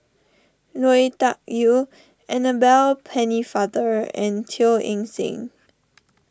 Lui Tuck Yew Annabel Pennefather and Teo Eng Seng